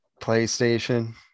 PlayStation